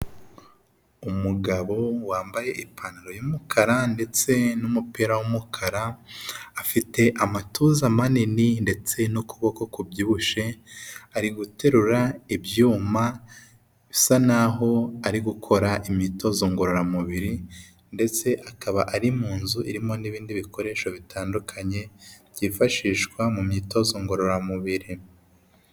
Umugabo wambaye ipantaro y'umukara ndetse n'umupira w'umukara, afite amatuza manini ndetse n'ukuboko kubyibushye, ari guterura ibyuma bisa n'aho ari gukora imyitozo ngororamubiri ndetse akaba ari mu nzu irimo n'ibindi bikoresho bitandukanye, byifashishwa mu myitozo ngororamubiri.